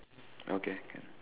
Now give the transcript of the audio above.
okay can